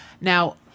Now